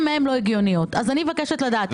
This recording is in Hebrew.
זה לא מה שכתוב כאן?